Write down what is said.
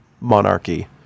monarchy